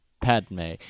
Padme